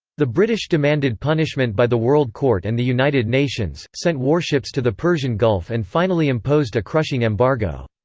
the british demanded punishment by the world court and the united nations, sent warships to the persian gulf and finally imposed a crushing embargo.